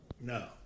No